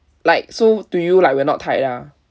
like so to you like we're not tight lah